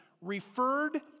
referred